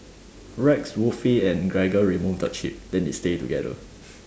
Rex and remove the chip then they stay together